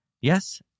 Yes